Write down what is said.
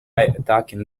attacking